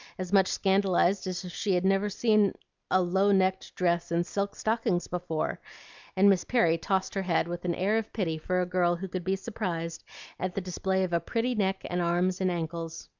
as much scandalized as if she'd never seen a low-necked dress and silk stockings before and miss perry tossed her head with an air of pity for a girl who could be surprised at the display of a pretty neck and arms and ankles.